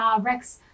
REX